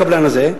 הקבלן הזה,